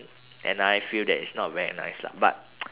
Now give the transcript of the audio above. and I feel that it's not very nice lah but